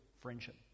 friendship